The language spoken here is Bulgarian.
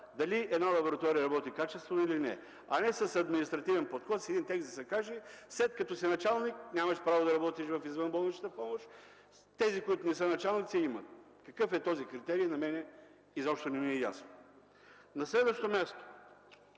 дали една лаборатория работи качествено или не. А не с административен подход с един текст да се каже: „След като си началник, нямаш право да работиш в извънболничната помощ; тези, които не са началници – имат”. Какъв е този критерий изобщо не ми е ясно. На следващо място,